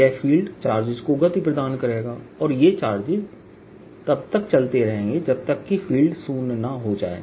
यह field charges को गति प्रदान करेगा और ये चार्जेस तब तक चलते रहेंगे जब तक कि फील्ड शून्य न हो जाए